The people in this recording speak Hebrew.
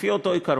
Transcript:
לפי אותו עיקרון.